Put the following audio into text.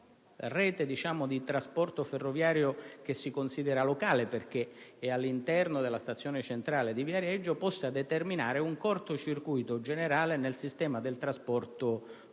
rete di trasporto ferroviario che si considera locale, essendo avvenuto all'interno della stazione centrale di Viareggio, possa determinare un corto circuito generale nel sistema di trasporto su rotaia